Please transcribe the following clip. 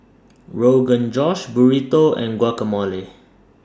Rogan Josh Burrito and Guacamole